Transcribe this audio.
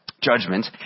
judgment